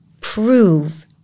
prove